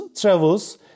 travels